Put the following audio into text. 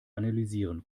analysieren